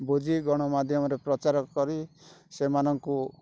ବୁଝି ଗଣମାଧ୍ୟମରେ ପ୍ରଚାର କରି ସେମାନଙ୍କୁ